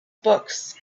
books